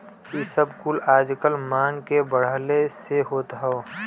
इ सब कुल आजकल मांग के बढ़ले से होत हौ